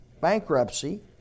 bankruptcy